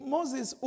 Moses